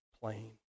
plain